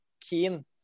keen